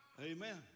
Amen